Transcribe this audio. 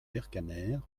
vercamer